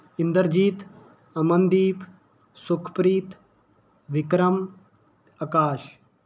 Inderjit Amandeep Sukhpreet Vikram Akash